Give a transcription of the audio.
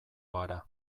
gara